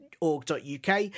org.uk